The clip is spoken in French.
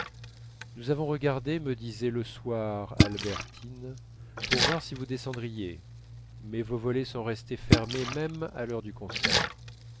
nous avons regardé me disait le soir albertine pour voir si vous descendriez mais vos volets sont restés fermés même à l'heure du concert